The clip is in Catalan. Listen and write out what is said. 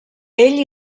ell